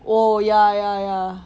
oh ya ya ya